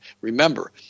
Remember